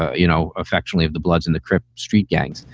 you know, affectionately of the bloods and the crips street gangs.